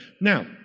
now